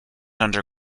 under